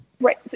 right